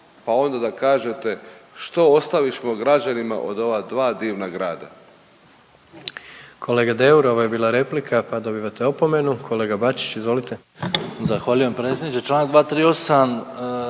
pa onda da kažete što ostavišmo građanima od ova dva divna grada.